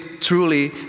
truly